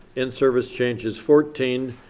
in service changes, fourteen.